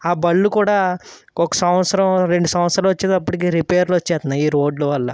బళ్ళు కూడా ఒక సంవత్సరం రెండు సంవత్సరాలు వచ్చినప్పటికీ రిపేర్లు వచ్చేస్తున్నాయి ఈ రోడ్ల వల్ల